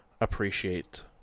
appreciate